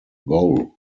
goal